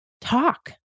talk